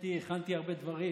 האמת היא שהכנתי הרבה דברים,